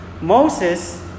Moses